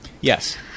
Yes